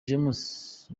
james